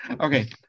Okay